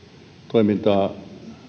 toimintaa